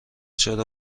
چرا